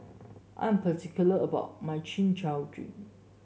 I'm particular about my Chin Chow Drink